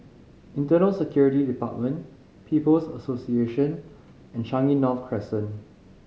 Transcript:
Internal Security Department People's Association and Changi North Crescent